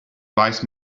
wise